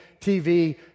TV